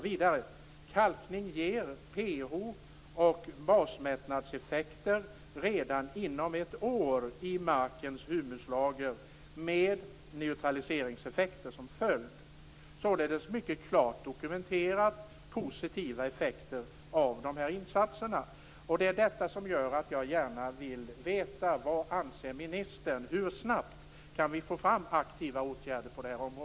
Vidare: "Kalkning ger pH och basmättnadseffekter redan inom ett år i markens humuslager, med neutraliseringseffekter som följd." Således är det mycket klart dokumenterat att insatserna har positiva effekter. Det är detta som gör att jag gärna vill veta: